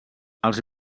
els